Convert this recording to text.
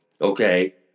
Okay